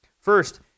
First